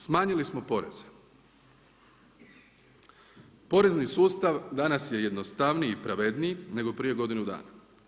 Smanjili smo poreze, porezni sustav danas je jednostavniji i pravednije nego prije godinu dana.